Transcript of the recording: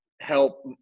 help